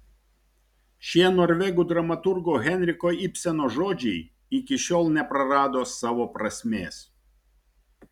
šie norvegų dramaturgo henriko ibseno žodžiai iki šiol neprarado savo prasmės